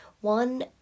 one